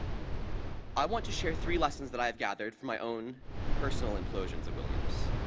i want to share three lessons that i have gathered from my own personal implosions at williams